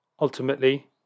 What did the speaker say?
Ultimately